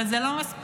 אבל זה לא מספיק,